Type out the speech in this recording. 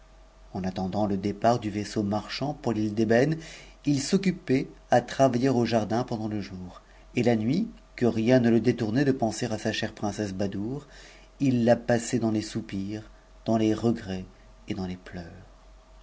en attendant le m tdu vaisseau marchand pour l'île d'ëbëne il s'occupait à travaiher j in pendant le jour et la nuit que rien ne le détournait de penser s chcrc princesse badoure il la passait dans les soupirs dans les ws et dans les pleurs